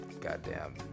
Goddamn